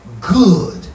good